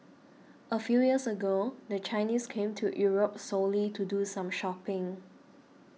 a few years ago the Chinese came to Europe solely to do some shopping